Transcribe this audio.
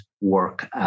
work